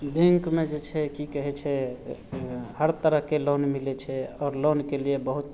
बैँकमे जे छै कि कहै छै हर तरहके लोन मिलै छै आओर लोनके लिए बहुत